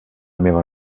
meva